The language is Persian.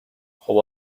خوب